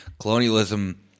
colonialism